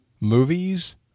movies